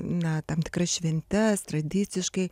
na tam tikras šventes tradiciškai